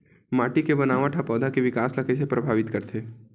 माटी के बनावट हा पौधा के विकास ला कइसे प्रभावित करथे?